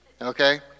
Okay